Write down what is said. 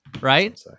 right